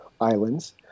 islands